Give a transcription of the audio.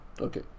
Okay